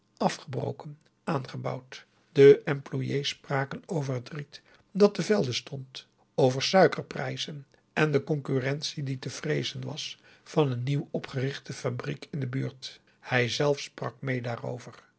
afgebroken aangebouwd de employés spraken over het riet dat te velde stond over suikerprijzen en de concurrentie die te vreezen was van een nieuw opgerichte fabriek in de buurt hij zelf sprak mee daarover